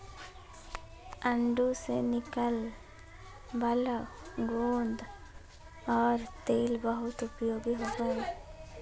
आडू से निकलय वाला गोंद और तेल बहुत उपयोगी होबो हइ